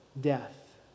death